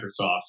Microsoft